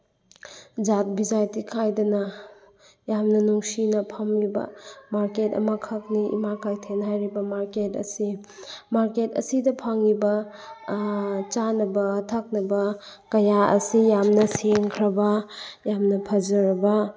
ꯖꯥꯠ ꯕꯤꯖꯥꯠꯇꯤ ꯈꯥꯏꯗꯅ ꯌꯥꯝꯅ ꯅꯨꯡꯁꯤꯅ ꯐꯝꯃꯤꯕ ꯃꯥꯔꯀꯦꯠ ꯑꯃꯈꯛꯅꯤ ꯏꯃꯥ ꯀꯩꯊꯦꯜ ꯍꯥꯏꯔꯤꯕ ꯃꯥꯔꯀꯦꯠ ꯑꯁꯤ ꯃꯥꯔꯀꯦꯠ ꯑꯁꯤꯗ ꯐꯪꯉꯤꯕ ꯆꯥꯅꯕ ꯊꯛꯅꯕ ꯀꯌꯥ ꯑꯁꯤ ꯌꯥꯝꯅ ꯁꯦꯡꯈꯛꯕ ꯌꯥꯝꯅ ꯐꯖꯔꯕ